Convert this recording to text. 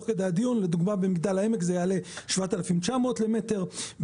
במגדל העמק, לדוגמא, זה יעלה 7,900 למטר.